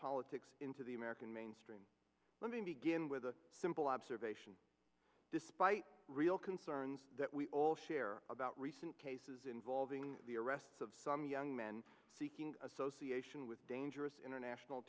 politics into the american mainstream let me begin with a simple observation despite real concerns that we all share about recent cases involving the arrests of some young men seeking association with dangerous international